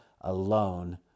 alone